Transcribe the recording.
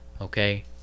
Okay